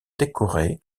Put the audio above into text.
décorées